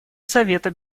совета